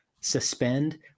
suspend